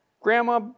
Grandma